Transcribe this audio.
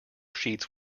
sheets